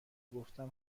گفتن